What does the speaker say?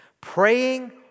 Praying